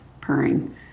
purring